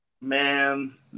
Man